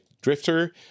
Drifter